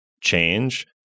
change